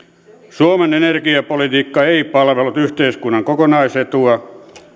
suomen energiapolitiikka ei palvellut yhteiskunnan kokonaisetua